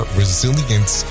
resilience